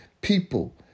people